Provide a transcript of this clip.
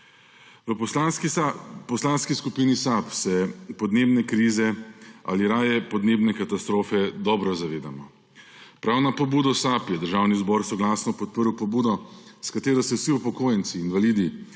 V Poslanski skupini SAB se podnebne krize – ali raje podnebne katastrofe – dobro zavedamo. Prav na pobudo SAB je Državni zbor soglasno podprl pobudo, s katero se vsi upokojenci, invalidi,